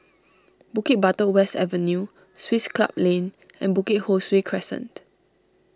Bukit Batok West Avenue Swiss Club Lane and Bukit Ho Swee Crescent